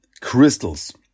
crystals